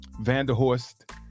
Vanderhorst